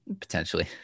Potentially